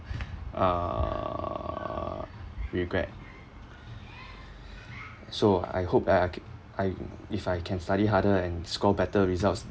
err regret so I hope I I ca~ I if I can study harder and score better results